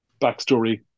backstory